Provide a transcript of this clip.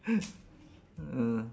mm